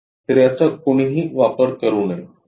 तर याचा कोणीही वापर करू नये